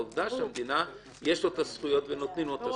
העובדה שיש לו את הזכויות ונותנים לו את הזכויות,